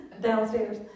downstairs